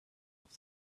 off